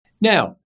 Now